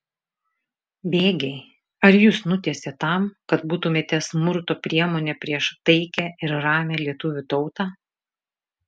bėgiai ar jus nutiesė tam kad būtumėte smurto priemonė prieš taikią ir ramią lietuvių tautą